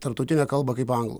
tarptautinę kalbą kaip anglų